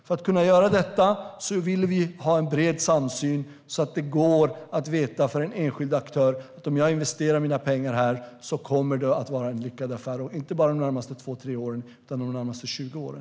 För att kunna göra detta vill vi ha en bred samsyn så att en enskild aktör kan veta att om jag investerar mina pengar här kommer det att vara en lyckad affär, inte bara de närmaste två tre åren utan de närmaste tjugo åren.